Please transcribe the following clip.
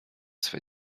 swe